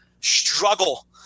struggle